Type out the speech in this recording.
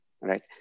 right